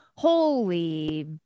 holy